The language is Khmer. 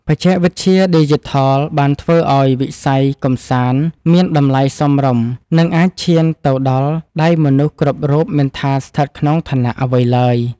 បច្ចេកវិទ្យាឌីជីថលបានធ្វើឱ្យវិស័យកម្សាន្តមានតម្លៃសមរម្យនិងអាចឈានទៅដល់ដៃមនុស្សគ្រប់រូបមិនថាស្ថិតក្នុងឋានៈអ្វីឡើយ។